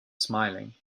smiling